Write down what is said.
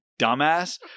dumbass